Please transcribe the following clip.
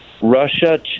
Russia